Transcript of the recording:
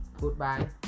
Goodbye